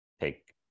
take